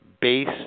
base